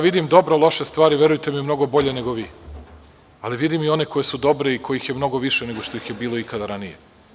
Vidim dobro loše stvari, verujte mi, mnogo bolje nego vi, ali vidim i one koje su dobre i kojih je mnogo više nego što ih je bilo ikada ranije.